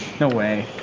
no way